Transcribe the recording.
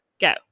Go